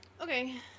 Okay